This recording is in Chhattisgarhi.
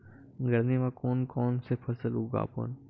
गरमी मा कोन कौन से फसल उगाबोन?